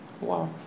Wow